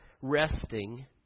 resting